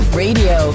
radio